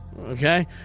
Okay